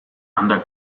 under